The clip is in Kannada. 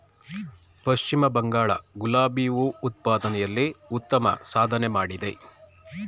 ಪಶ್ಚಿಮ ಬಂಗಾಳ ಗುಲಾಬಿ ಹೂ ಉತ್ಪಾದನೆಯಲ್ಲಿ ಉತ್ತಮ ಸಾಧನೆ ಮಾಡಿದೆ